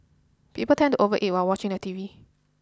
people tend to overeat while watching the T V